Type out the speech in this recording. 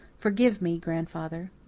forgive me, grandfather.